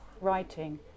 writing